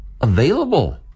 available